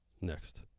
next